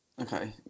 okay